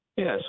Yes